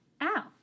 Ow